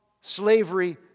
slavery